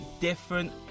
different